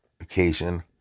occasion